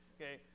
okay